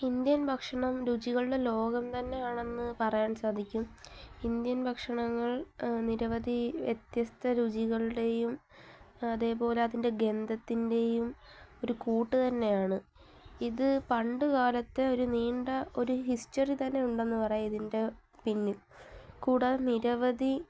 Indian ഭക്ഷണം രുചികളുടെ ലോകം തന്നെയാണെന്ന് പറയാൻ സാധിക്കും ഇന്ത്യൻ ഭക്ഷണങ്ങൾ നിരവധി വ്യത്യസ്ത രുചികളുടേയും അതേപോലെ അതിൻ്റെ ഗന്ധത്തിൻ്റേയും ഒരു കൂട്ട് തന്നെയാണ് ഇത് പണ്ടുകാലത്തെ ഒരു നീണ്ട ഒരു ഹിസ്റ്ററി തന്നെ ഉണ്ടെന്ന് പറയാം ഇതിൻ്റെ പിന്നിൽ കൂടാതെ നിരവധി